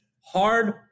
hard